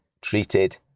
treated